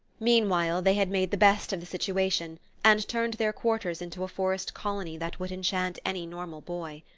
meanwhile, they had made the best of the situation and turned their quarters into a forest colony that would enchant any normal boy.